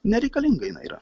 nereikalinga jinai yra